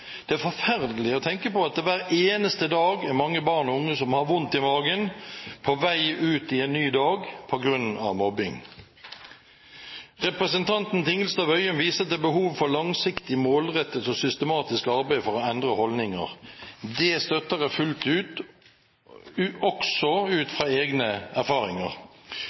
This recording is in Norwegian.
Det er forferdelig å tenke på at det hver eneste dag er mange barn og unge som har vondt i magen på vei ut i en ny dag på grunn av mobbing. Representanten Tingelstad Wøien viser til behovet for langsiktig, målrettet og systematisk arbeid for å endre holdninger. Det støtter jeg fullt ut, også ut fra egne erfaringer.